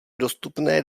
dostupné